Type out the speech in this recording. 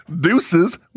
deuces